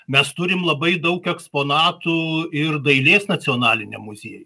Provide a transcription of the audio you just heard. mes turim labai daug eksponatų ir dailės nacionaliniam muziejuj